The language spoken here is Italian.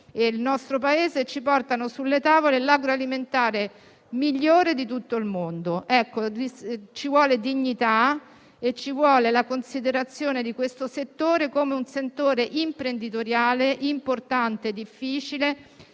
il nostro Paese, portando sulle nostre tavole l'agroalimentare migliore del mondo. Ci vuole dignità e ci vuole la considerazione di questo settore come un settore imprenditoriale importante e difficile.